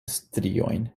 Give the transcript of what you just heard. striojn